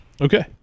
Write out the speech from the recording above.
Okay